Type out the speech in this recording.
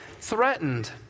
threatened